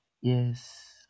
Yes